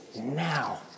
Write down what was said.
now